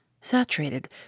saturated